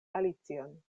alicion